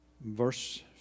verse